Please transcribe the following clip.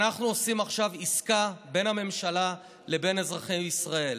אנחנו עושים עכשיו עסקה בין הממשלה לבין אזרחי ישראל: